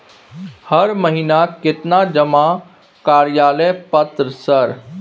हर महीना केतना जमा कार्यालय पत्र सर?